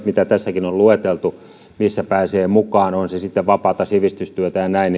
mitä tässäkin on on lueteltu missä pääsee mukaan on se sitten vapaata sivistystyötä tai näin